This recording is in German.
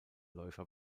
läufer